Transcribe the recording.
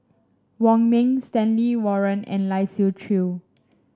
Wong Ming Stanley Warren and Lai Siu Chiu